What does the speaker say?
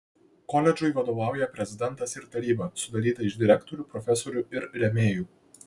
koledžui vadovauja prezidentas ir taryba sudaryta iš direktorių profesorių ir rėmėjų